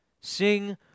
Sing